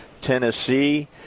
Tennessee